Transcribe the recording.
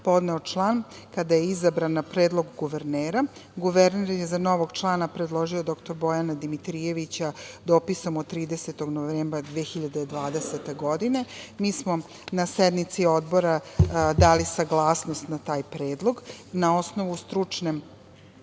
podneo član kada je izabran na predlog guvernera. Guverner je za novog člana predložio dr Bojana Dimitrijevića, dopisom od 30. novembra 2020. godine. Mi smo na sednici Odbora dali saglasnost na taj predlog. Na osnovu stručne